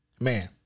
man